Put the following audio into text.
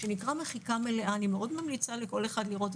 ואני מאוד ממליצה לכל אחד לראות,